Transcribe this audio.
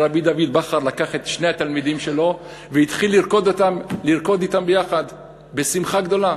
רבי דוד בכר לקח את שני התלמידים שלו והתחיל לרקוד אתם יחד בשמחה גדולה.